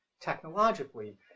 technologically